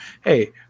hey